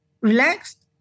relaxed